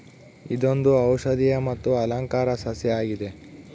ಇದೊಂದು ಔಷದಿಯ ಮತ್ತು ಅಲಂಕಾರ ಸಸ್ಯ ಆಗಿದೆ